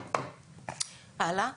אנחנו